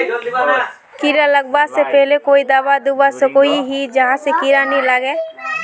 कीड़ा लगवा से पहले कोई दाबा दुबा सकोहो ही जहा से कीड़ा नी लागे?